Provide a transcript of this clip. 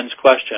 question